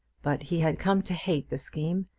but he had come to hate the scheme,